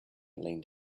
leaned